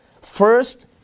first